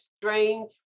strange